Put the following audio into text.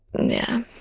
yeah,